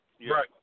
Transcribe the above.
Right